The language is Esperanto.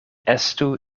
estu